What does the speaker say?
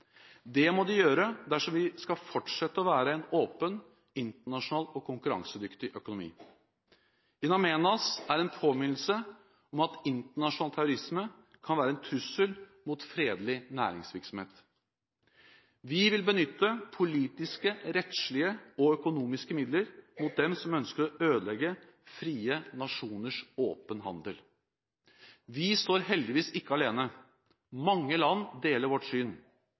Det må de gjøre dersom vi skal fortsette å være en åpen, internasjonal og konkurransedyktig økonomi. In Amenas er en påminnelse om at internasjonal terrorisme kan være en trussel mot fredelig næringsvirksomhet. Vi vil benytte politiske, rettslige og økonomiske midler mot dem som ønsker å ødelegge frie nasjoners åpne handel. Vi står heldigvis ikke alene; mange land deler vårt syn.